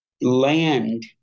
land